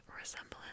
resemblance